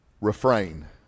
refrain